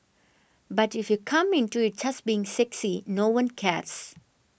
but if you come into it just being sexy no one cares